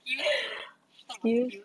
skills talk about skills